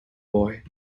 boy